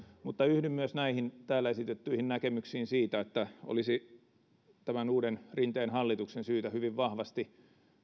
mutta yhdyn myös näihin täällä esitettyihin näkemyksiin siitä että olisi tämän uuden rinteen hallituksen syytä hyvin vahvasti